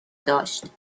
داشت